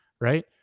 Right